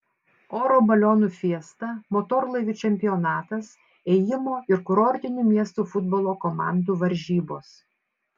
oro balionų fiesta motorlaivių čempionatas ėjimo ir kurortinių miestų futbolo komandų varžybos